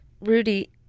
Rudy